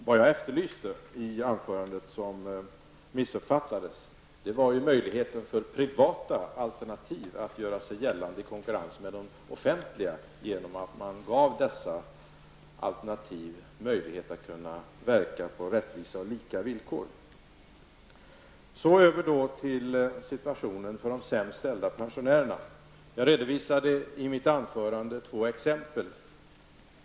Det jag efterlyste i anförandet, och som missuppfattades, var möjligheten för privata alternativ att göra sig gällande i konkurrens med de offentliga genom att man gav de privata alternativen möjlighet att verka på rättvisa och lika villkor. När det gäller situationen för de sämst ställda pensionärerna redovisade jag i mitt anförande två exempel.